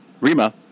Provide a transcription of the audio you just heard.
Rima